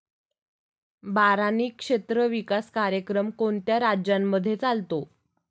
बारानी क्षेत्र विकास कार्यक्रम कोणत्या राज्यांमध्ये चालतो?